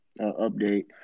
update